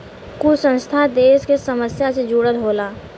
कुल संस्था देस के समस्या से जुड़ल होला